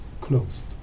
closed